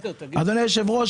אדוני היושב-ראש,